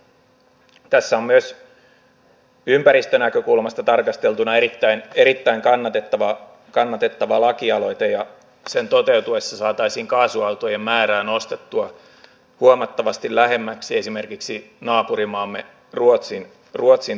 tässä on myös ympäristönäkökulmasta tarkasteltuna erittäin kannatettava lakialoite ja sen toteutuessa saataisiin kaasuautojen määrää nostettua huomattavasti lähemmäksi esimerkiksi naapurimaamme ruotsin tasoa